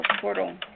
Portal